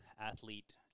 athlete